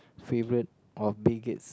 favourite of Bill-Gates